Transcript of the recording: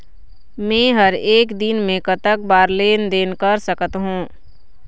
मे हर एक दिन मे कतक बार लेन देन कर सकत हों?